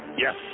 Yes